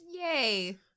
Yay